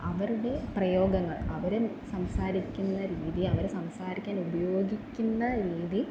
അവരുടെ പ്രയോഗങ്ങൾ അവരെ സംസാരിക്കുന്ന രീതി അവർ സംസാരിക്കാനുപയോഗിക്കുന്ന രീതി